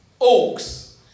Oaks